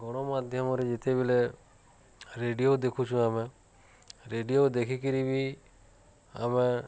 ଗଣମାଧ୍ୟମରେ ଯେତେବେଳେ ରେଡ଼ିଓ ଦେଖୁଛୁ ଆମେ ରେଡ଼ିଓ ଦେଖିକିରି ବି ଆମେ